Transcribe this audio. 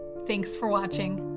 thanks for watching!